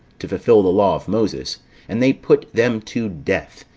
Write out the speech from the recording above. to fulfil the law of moses and they put them to death,